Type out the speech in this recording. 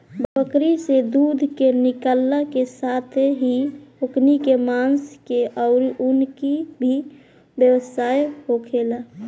बकरी से दूध के निकालला के साथेही ओकनी के मांस के आउर ऊन के भी व्यवसाय होखेला